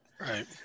Right